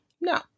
No